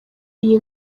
iyi